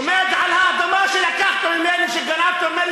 עומד על האדמה שלקחת ממני ושגנבת ממני